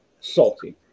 salty